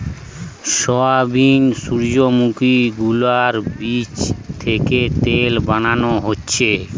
soybean, সূর্যোমুখী গুলোর বীচ থিকে তেল বানানো হচ্ছে